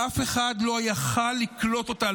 ואף אחד לא יכול היה לקלוט אותה.